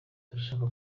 turashaka